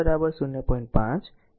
5 r v0 કહી શકો